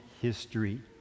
history